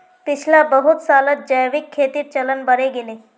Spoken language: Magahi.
पिछला बहुत सालत जैविक खेतीर चलन बढ़े गेले